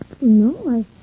no